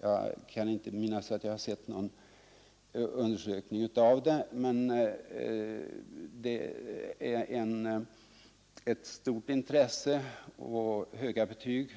Jag kan inte minnas att jag har sett någon undersökning av detta, men höga betyg